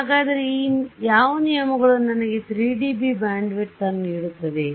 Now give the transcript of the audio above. ಹಾಗಾದರೆ ಈ ಯಾವ ನಿಯಮಗಳು ನನಗೆ 3 dB ಬ್ಯಾಂಡ್ವಿಡ್ತ್ ಅನ್ನು ನೀಡುತ್ತಿವೆ